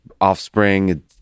offspring